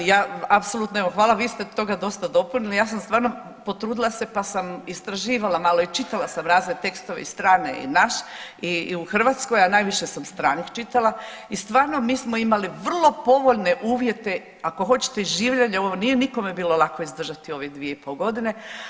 Ja apsolutno evo hvala, vi ste toga dosta dopunili, ja sam stvarno potrudila se pa sam istraživala malo i čitala sam razne tekstove i strane i naše i u Hrvatskoj, a najviše sam stranih čitala i stvarno mi smo imali vrlo povoljne uvjete, ako hoćete i življenje, ovo nije bilo nikome lako izdržati ovih dvije i pol godine.